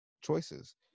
choices